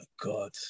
God